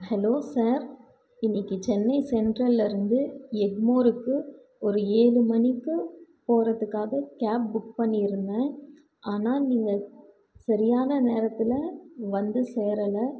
hello sir இன்னக்கு சென்னை சென்ட்ரலில் இருந்து எக்மோருக்கு ஒரு ஏழு மணிக்கு போகறதுக்காக கேப் புக் பண்ணிருந்தேன் ஆனால் நீங்கள் சரியான நேரத்தில் வந்து சேரல